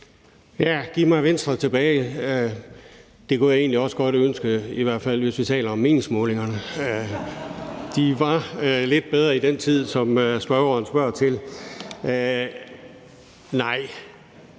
Ja, giv mig Venstre tilbage. Det kunne jeg egentlig også godt ønske, i hvert fald hvis vi taler om meningsmålingerne. De var lidt bedre i den tid, som spørgeren taler om. Nej,